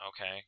Okay